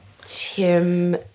Tim